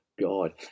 God